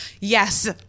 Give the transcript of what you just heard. yes